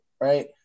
right